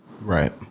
Right